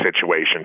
situation